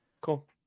Cool